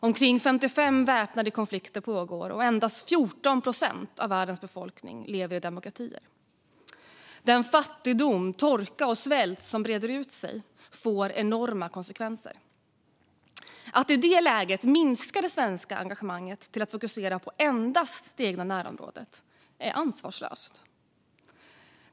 Omkring 55 väpnade konflikter pågår. Endast 14 procent av världens befolkning lever i demokratier. Den fattigdom, torka och svält som breder ut sig får enorma konsekvenser. Att i det läget minska det svenska engagemanget till att fokusera på endast det egna närområdet är ansvarslöst.